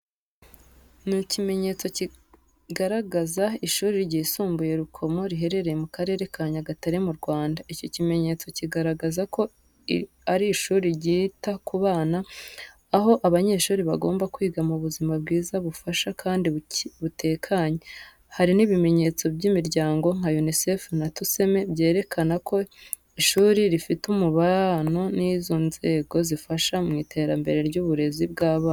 Ni ikimenyetso kigaragaza ishuri ryisumbuye rukomo riherereye mu karere ka Nyagatare mu Rwanda. Iki kimenyetso kigaragaza ko ari ishuri ryita ku bana, aho abanyeshuri bagomba kwiga mu buzima bwiza bufasha kandi butekanye. Hari n'ibimenyetso by'imiryango nka UNICEF na TUSEME, byerekana ko ishuri rifite umubano n’izo nzego zifasha mu iterambere ry'uburezi bw'abana.